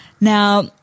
Now